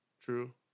True